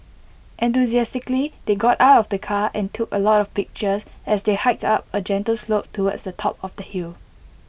enthusiastically they got out of the car and took A lot of pictures as they hiked up A gentle slope towards the top of the hill